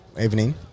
evening